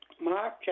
Mark